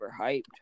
overhyped